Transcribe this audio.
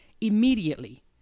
immediately